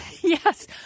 Yes